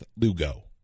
Lugo